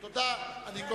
אני.